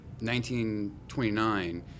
1929